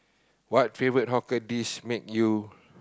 what favourite hawker dish make you